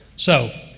so,